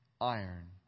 iron